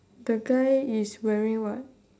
the guy is wearing what